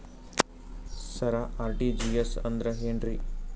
ಸರ RTGS ಅಂದ್ರ ಏನ್ರೀ?